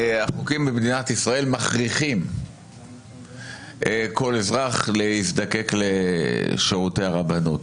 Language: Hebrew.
החוקים במדינת ישראל מכריחים כל אזרח להזדקק לשירותי הרבנות,